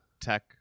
tech